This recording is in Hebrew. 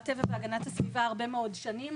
טבע והגנת הסביבה הרבה מאוד שנים.